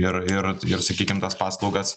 ir ir ir sakykim tas paslaugas